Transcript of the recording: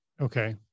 okay